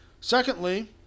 Secondly